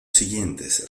siguientes